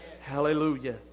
Hallelujah